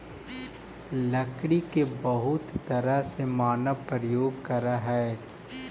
लकड़ी के बहुत तरह से मानव प्रयोग करऽ हइ